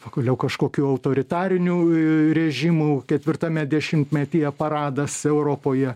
pagaliau kažkokių autoritarinių režimų ketvirtame dešimtmetyje paradas europoje